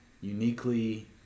uniquely